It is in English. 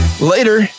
Later